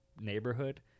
neighborhood